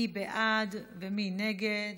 מי בעד ומי נגד?